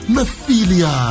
Mephilia